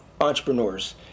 entrepreneurs